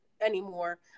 anymore